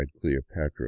cleopatra